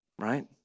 right